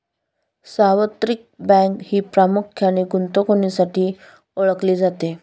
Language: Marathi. सार्वत्रिक बँक ही प्रामुख्याने गुंतवणुकीसाठीही ओळखली जाते